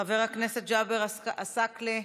חבר הכנסת ג'אבר עסאקלה,